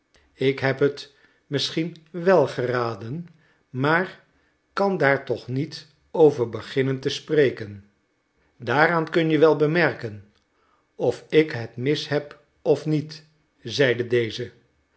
ik heb het misschien wel geraden maar kan daar toch niet over beginnen te spreken daaraan kun je wel bemerken of ik het mis heb of niet zeide deze